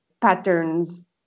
patterns